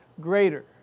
greater